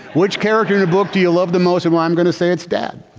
which character in a book do you love the most of all? i'm going to say, it's dad.